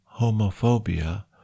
homophobia